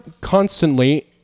constantly